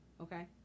Okay